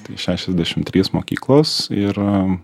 tai šešiasdešim trys mokyklos ir